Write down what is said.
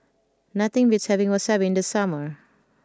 nothing beats having Wasabi in the summer